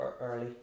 early